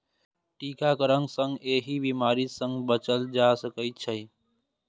टीकाकरण सं एहि बीमारी सं बचल जा सकै छै